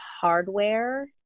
hardware